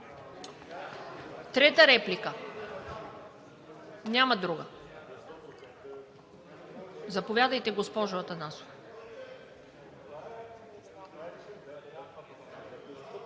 Трета реплика? Няма друга. Заповядайте, госпожо Атанасова.